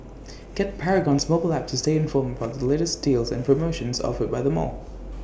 get Paragon's mobile app to stay informed about the latest deals and promotions offered by the mall